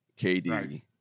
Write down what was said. KD